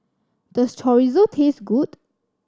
does Chorizo taste good